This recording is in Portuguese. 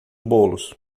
bolos